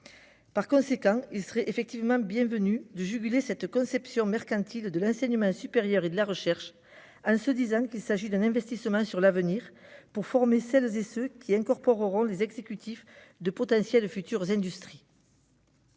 Par conséquent, il conviendrait de renoncer à cette conception mercantile de l'enseignement supérieur et de la recherche et de considérer qu'il s'agit d'un investissement pour l'avenir, afin de former celles et ceux qui intégreront les exécutifs de potentielles futures industries.